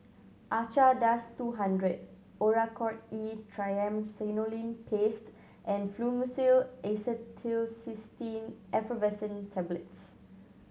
Acardust two hundred Oracort E Triamcinolone Paste and Fluimucil Acetylcysteine Effervescent Tablets